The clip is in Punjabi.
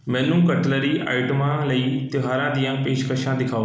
ਮੈਨੂੰ ਕਟਲਰੀ ਆਈਟਮਾਂ ਲਈ ਤਿਉਹਾਰਾਂ ਦੀਆਂ ਪੇਸ਼ਕਸ਼ਾਂ ਦਿਖਾਓ